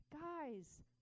guys